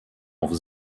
auf